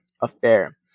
affair